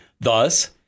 Thus